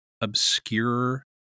Obscure